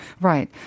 Right